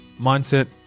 mindset